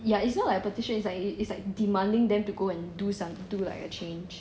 ya it's not like a petition it's like it's like demanding them to go and do some do like a change